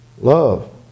love